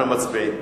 אנחנו מצביעים.